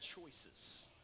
choices